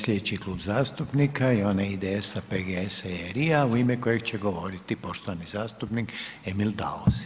Sljedeći Klub zastupnika je onaj IDS-a, PGS-a i RI-a u ime kojeg će govoriti poštovani zastupnik Emil Daus.